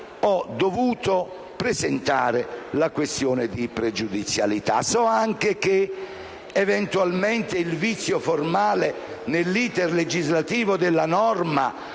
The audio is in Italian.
ho dovuto presentare la questione pregiudiziale. So che eventualmente il vizio formale nell'*iter* legislativo della norma